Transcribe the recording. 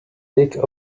week